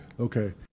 Okay